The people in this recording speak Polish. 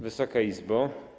Wysoka Izbo!